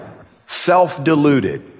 self-deluded